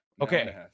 okay